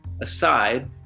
aside